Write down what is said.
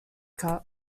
cut